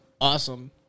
awesome